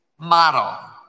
model